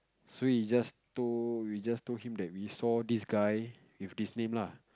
so we just told we just told him that we saw this guy with this name lah